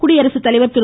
குடியரசு தலைவர் திரு